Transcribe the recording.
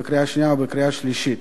בקריאה שנייה ובקריאה שלישית.